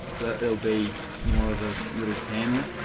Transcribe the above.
it'll be more of a little family.